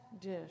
dish